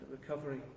recovery